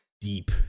Deep